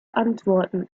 antworten